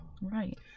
right